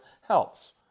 helps